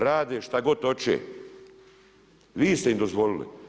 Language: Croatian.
Rade šta god hoće, vi ste im dozvolili.